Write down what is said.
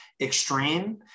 extreme